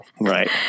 right